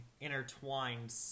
intertwined